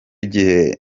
gihe